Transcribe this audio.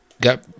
got